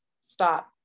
stop